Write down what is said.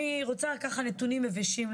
אני רוצה להגיד נתונים יבשים.